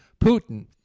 Putin